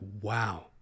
wow